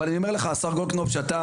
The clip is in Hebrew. אבל אני אומר לך השר גולדקנופ שאתה